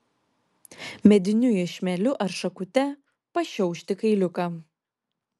mediniu iešmeliu ar šakute pašiaušti kailiuką